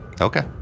Okay